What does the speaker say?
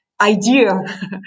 idea